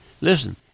listen